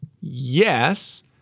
yes